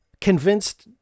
convinced